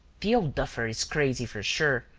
the old duffer is crazy for sure,